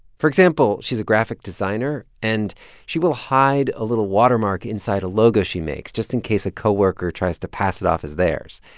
for example, she's a graphic designer, and she will hide a little watermark inside a logo she makes, just in case a co-worker tries to pass it off as theirs.